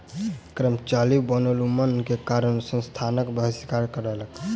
कर्मचारी वनोन्मूलन के कारण संस्थानक बहिष्कार कयलक